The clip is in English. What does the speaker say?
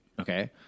okay